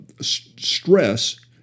stress